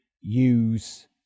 use